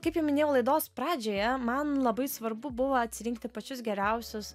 kaip jau minėjau laidos pradžioje man labai svarbu buvo atsirinkti pačius geriausius